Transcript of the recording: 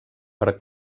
per